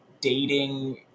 dating